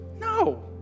no